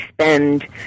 spend